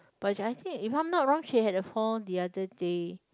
but I think if I not wrong he had a fall the other day